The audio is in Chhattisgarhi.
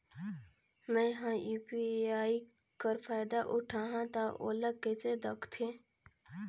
मैं ह यू.पी.आई कर फायदा उठाहा ता ओला कइसे दखथे?